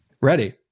Ready